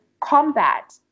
combat